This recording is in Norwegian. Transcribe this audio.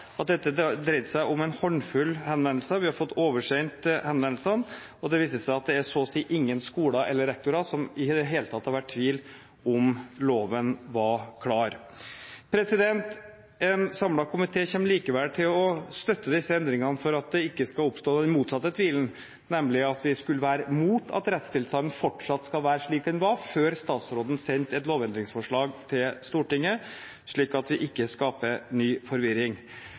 om dette i løpet av hele 2014, fikk vi til svar at det dreide seg om en håndfull henvendelser. Vi har fått oversendt henvendelsene, og det viser seg at det er så å si ingen skoler eller rektorer som i det hele tatt har vært i tvil om at loven var klar. En samlet komité kommer likevel til å støtte disse endringene for at det ikke skal oppstå den motsatte tvilen, nemlig at vi skulle være mot at rettstilstanden fortsatt skal være slik den var før statsråden sendte et lovendringsforslag til Stortinget, slik at vi ikke skaper ny